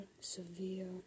severe